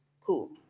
Cool